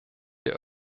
der